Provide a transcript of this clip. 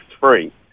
free